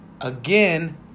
again